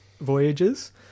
Voyages